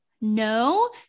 no